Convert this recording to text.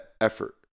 effort